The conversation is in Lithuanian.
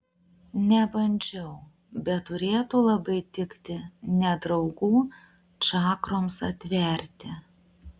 nebandžiau bet turėtų labai tikti nedraugų čakroms atverti